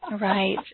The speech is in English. Right